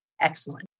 Excellent